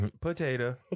Potato